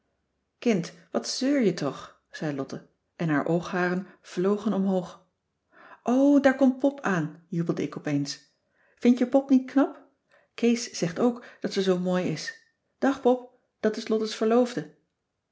kind wat zeur je toch zei lotte en haar oogharen vlogen omhoog o daar komt pop aan jubelde ik opeens vin-je pop niet knap kees zegt ook dat ze zoo mooi is dag pop dat is lotte's verloofde